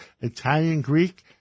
Italian-Greek